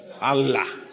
Allah